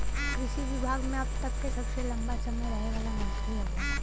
कृषि विभाग मे अब तक के सबसे लंबा समय रहे वाला मंत्री हउवन